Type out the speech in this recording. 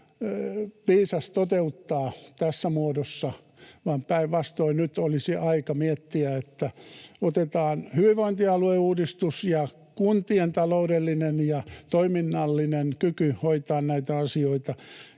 viisas toteuttaa tässä muodossa, vaan päinvastoin nyt olisi aika miettiä, että otetaan hyvinvointialueuudistus ja kuntien taloudellinen ja toiminnallinen kyky hoitaa näitä asioita